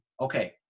okay